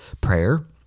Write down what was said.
prayer